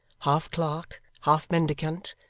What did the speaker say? half clerk, half mendicant,